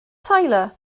tyler